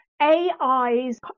AI's